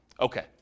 okay